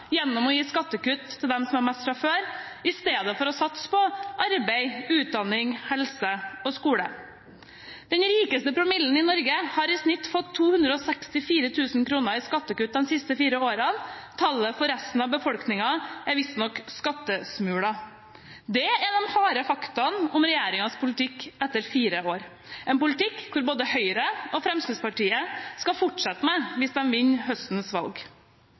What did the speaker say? gjennom å gi skattekutt til dem som har mest fra før, i stedet for å satse på arbeid, utdanning, helse og skole. Den rikeste promillen i Norge har i snitt fått 264 000 kr i skattekutt de siste fire årene. Tallet for resten av befolkningen er visstnok skattesmuler. Det er de harde fakta om regjeringens politikk etter fire år – en politikk som både Høyre og Fremskrittspartiet skal fortsette med hvis de vinner høstens valg.